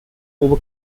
over